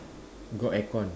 got aircon